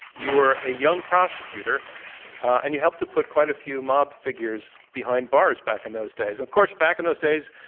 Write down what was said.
you were a young prosecutor and you helped to put quite a few mob figures behind bars back in those days. of course, back in those days,